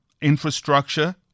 infrastructure